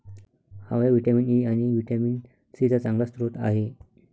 आवळा vitamin E आणि vitamin C चा चांगला स्रोत आहे